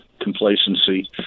complacency